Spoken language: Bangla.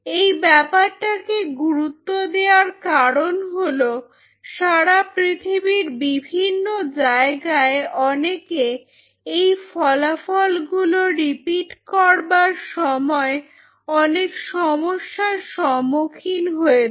এই ব্যাপারটাকে গুরুত্ব দেওয়ার কারণ হলো সারা পৃথিবীর বিভিন্ন জায়গায় অনেকে এই ফলাফলগুলো রিপিট করবার সময় অনেক সমস্যার সম্মুখীন হয়েছে